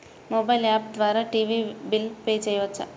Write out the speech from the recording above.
Mobile app ద్వారా TV bill pay చేయవచ్చా?